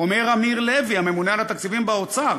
אומר אמיר לוי, הממונה על התקציבים באוצר: